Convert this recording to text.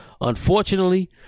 Unfortunately